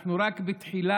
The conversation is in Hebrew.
אנחנו רק בתחילת